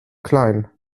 klein